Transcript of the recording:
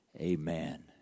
Amen